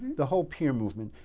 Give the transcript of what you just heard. the whole peer movement,